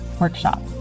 Workshop